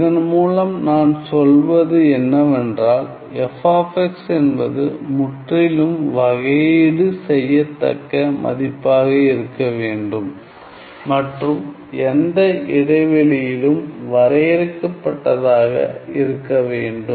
இதன் மூலம் நான் சொல்வது என்னவென்றால் f என்பது முற்றிலும் தொகையீடு செய்யத்தக்க மதிப்பாக இருக்க வேண்டும் மற்றும் எந்த இடை வெளியிலும் வரையறுக்கப்பட்டதாக இருக்க வேண்டும்